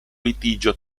litigio